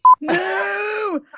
no